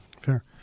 Fair